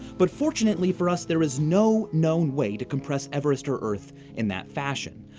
but, fortunately for us, there is no known way to compress everest or earth in that fashion.